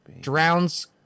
Drowns